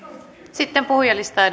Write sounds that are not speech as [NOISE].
sitten puhujalistaan [UNINTELLIGIBLE]